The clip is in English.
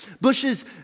Bushes